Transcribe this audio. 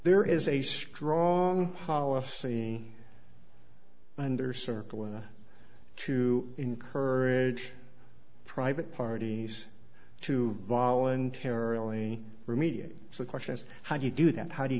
there is a strong policy and are circling to encourage private parties to voluntarily remediate the question is how do you do that how do you